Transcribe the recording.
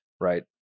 right